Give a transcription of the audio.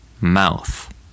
Mouth